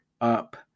up